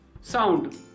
Sound